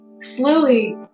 slowly